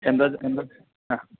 എന്താണ് എന്താണ് ആ